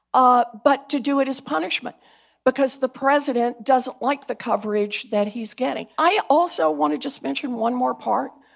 ah but to do it as punishment because the president doesn't like the coverage that he's getting i also want to just mention one more part.